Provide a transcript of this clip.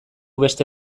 beste